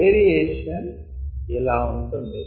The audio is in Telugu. వేరియేషన్ ఇలా ఉంటుంది